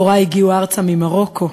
הורי הגיעו ארצה ממרוקו,